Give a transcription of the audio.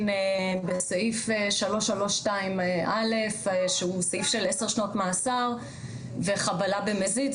בסעיף 332/א שהוא סעיף של עשר שנות מאסר וחבלה במזיד,